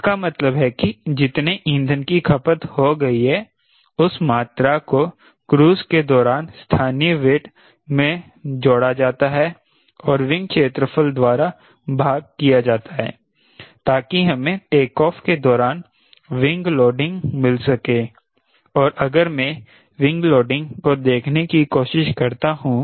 इसका मतलब है कि जितने ईंधन की खपत हो गई है उस मात्रा को क्रूज़ के दौरान स्थानीय वेट में जोड़ा जाता है और विंग क्षेत्रफल द्वारा भाग किया जाता है ताकि हमें टेकऑफ़ के दौरान विंग लोडिंग मिल सके और अगर मैं विंग लोडिंग को देखने की कोशिश करता हूं